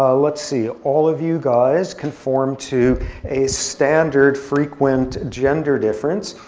let's see. all of you guys conform to a standard frequent gender difference.